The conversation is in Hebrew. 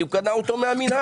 כי הוא קנה אותו מהמינהל,